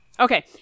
Okay